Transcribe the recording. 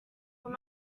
will